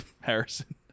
Harrison